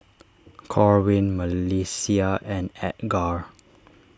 Corwin Melissia and Edgar